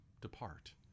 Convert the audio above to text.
depart